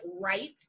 right